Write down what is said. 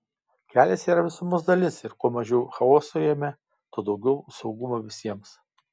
kelias yra visumos dalis ir kuo mažiau chaoso jame tuo daugiau saugumo visiems